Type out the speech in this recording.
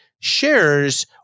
shares